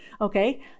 okay